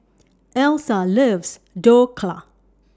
Elsa loves Dhokla